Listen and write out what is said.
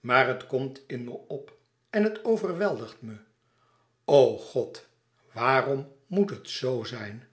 maar het komt in me op en het overweldigt me o god waarom moet het zoo zijn